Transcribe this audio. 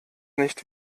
nicht